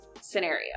scenario